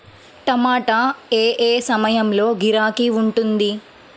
టమాటా ఏ ఏ సమయంలో గిరాకీ ఉంటుంది?